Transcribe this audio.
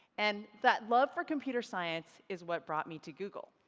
and that love for computer science is what brought me to google.